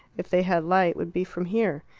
if they had light, would be from here.